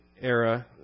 era